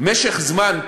משך זמן,